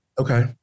Okay